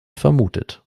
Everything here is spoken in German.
vermutet